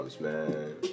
man